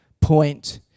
point